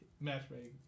matchmaking